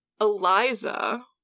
Eliza